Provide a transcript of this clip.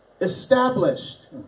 established